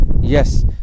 Yes